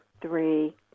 three